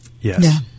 Yes